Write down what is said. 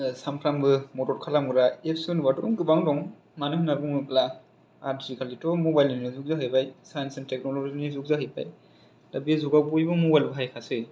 सानफ्रोमबो मदत खालामग्रा एप्स होनबाथ' गोबां दं मानो होनना बुङोब्ला आथिखालिथ' मबाइलानिनो जुग जाहैबाय साइन्स एन्द थेक्न'ल'जिनि जुग जाहैबाय दा बे जुगाव बयबो मबाइल बाहायखासै